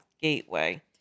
Gateway